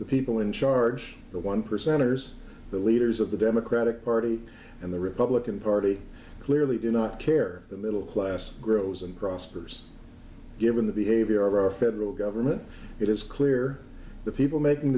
the people in charge the one percenters the leaders of the democratic party and the republican party clearly do not care the middle class grows and prospers given the behavior of our federal government it is clear the people making